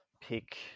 Pick